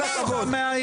כל הכבוד,